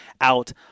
out